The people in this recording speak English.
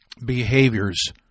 behaviors